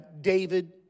David